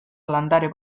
landare